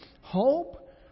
Hope